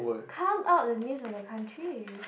count out the names of the country